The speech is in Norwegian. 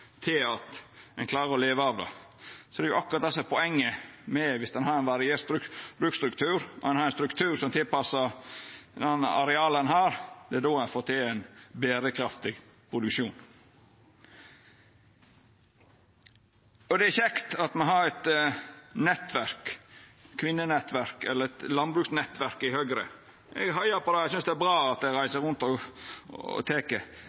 til at ein klarar å leva av det. Det er akkurat det som er poenget. Det er viss ein har variert bruksstruktur og ein struktur som er tilpassa arealet ein har, ein får til ein berekraftig produksjon. Det er kjekt at det er eit landbruksnettverk i Høgre. Eg heiar på det. Eg synest det er bra at dei reiser rundt. Men eg synest det er litt merkeleg at dei ikkje tek